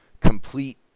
complete